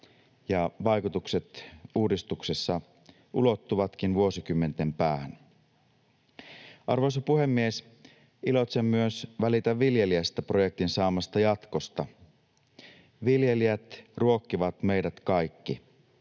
ja vaikutukset uudistuksessa ulottuvatkin vuosikymmenten päähän. Arvoisa puhemies! Iloitsen myös Välitä viljelijästä ‑projektin saamasta jatkosta. Viljelijät ruokkivat meidät kaikki.